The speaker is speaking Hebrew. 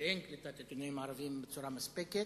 ואין קליטת עיתונאים ערבים בצורה מספקת,